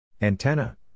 Antenna